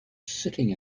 sitting